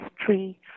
tree